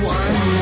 one